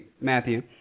Matthew